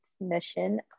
mission